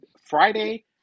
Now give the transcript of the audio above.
Friday